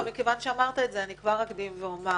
מכיוון שאמרת את זה אני כבר אקדים ואומר